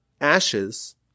ashes